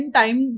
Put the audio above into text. time